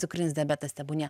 cukrinis diabetas tebūnie